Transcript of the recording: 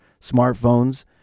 smartphones